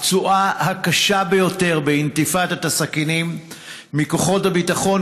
הפצועה הקשה ביותר באינתיפאדת הסכינים מכוחות הביטחון,